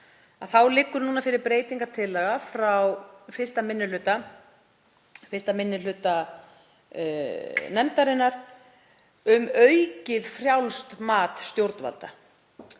þá liggur fyrir breytingartillaga frá 1. minni hluta nefndarinnar um aukið frjálst mat stjórnvalda.